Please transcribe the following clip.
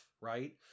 right